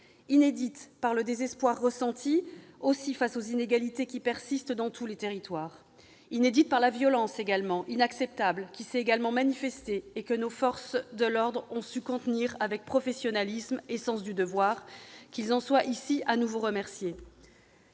aussi, par le désespoir ressenti face aux inégalités qui persistent dans tous les territoires ; inédite par la violence, inacceptable, qui s'est également manifestée, et que nos forces de l'ordre ont su contenir avec professionnalisme et avec leur sens du devoir. Qu'ils en soient, ici, de nouveau remerciés.